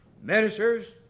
ministers